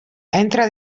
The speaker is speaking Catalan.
entra